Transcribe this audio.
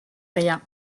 rien